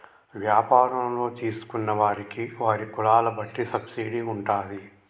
వ్యాపారంలో తీసుకున్న వారికి వారి కులాల బట్టి సబ్సిడీ ఉంటాది